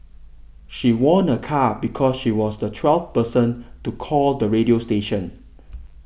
she won a car because she was the twelfth person to call the radio station